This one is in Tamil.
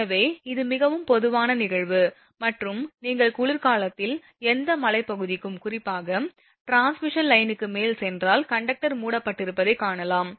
எனவே இது மிகவும் பொதுவான நிகழ்வு மற்றும் நீங்கள் குளிர்காலத்தில் எந்த மலைப் பகுதிக்கும் குறிப்பாக டிரான்ஸ்மிஷன் லைனுக்கு மேல் சென்றால் கண்டக்டர் மூடப்பட்டிருப்பதைக் காணலாம்